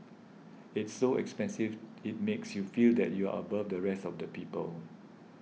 it's so expensive it makes you feel that you're above the rest of the people